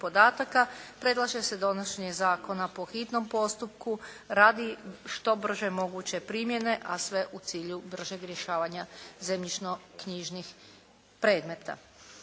predlaže se donošenje zakona po hitnom postupku radi što brže moguće primjene, a sve u cilju bržeg rješavanja zemljišnoknjižnih predmeta.